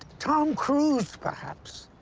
tom cruise, perhaps.